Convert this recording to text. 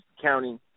County